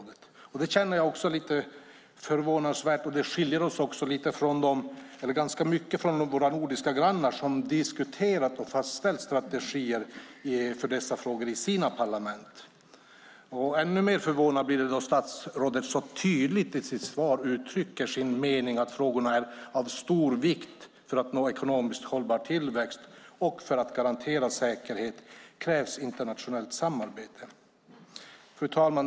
Det är också lite förvånande, och det skiljer oss också ganska mycket från våra nordiska grannar som diskuterat och fastställt strategier för dessa frågor i sina parlament. Ännu mer förvånande blir det då statsrådet så tydligt i sitt svar uttrycker sin mening att frågorna är av stor vikt för att nå ekonomisk hållbar tillväxt och att det för att garantera säkerheten krävs internationellt samarbete. Fru talman!